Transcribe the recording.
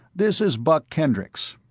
this is buck kendricks.